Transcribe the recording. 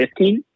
15